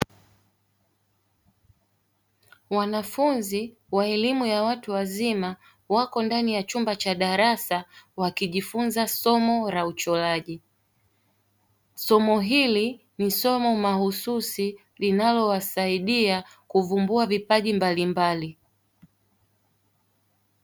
Wanafunzi wa elimu ya watu wazima wako ndani ya chumba cha darasa wakijifunza somo la uchoraji, somo hili ni somo mahususi linalowasaidia kuvumbua vipaji mbalimbali.